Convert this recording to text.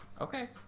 okay